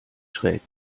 schräg